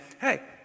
hey